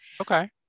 Okay